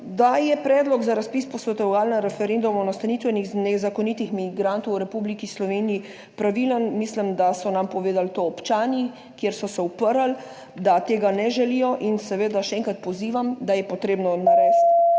Da je predlog za razpis posvetovalnega referenduma o nastanitvenih dneh zakonitih migrantov v Republiki Sloveniji pravilen, mislim, da so nam povedali to občani, kjer so se uprli, da tega ne želijo. In seveda še enkrat pozivam, da je potrebno narediti